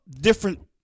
different